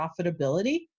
profitability